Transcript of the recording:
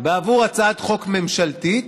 הצעת חוק ממשלתית,